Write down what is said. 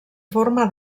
forma